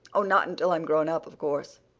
oh, not until i'm grown-up, of course.